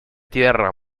tierra